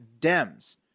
Dems